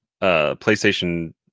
PlayStation